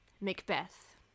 Macbeth